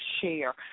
share